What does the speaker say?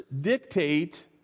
dictate